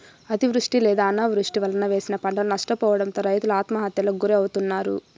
అతివృష్టి లేదా అనావృష్టి వలన వేసిన పంటలు నష్టపోవడంతో రైతులు ఆత్మహత్యలకు గురి అవుతన్నారు